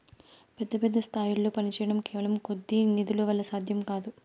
పెద్ద పెద్ద స్థాయిల్లో పనిచేయడం కేవలం కొద్ది నిధుల వల్ల సాధ్యం కాదు